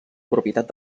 propietat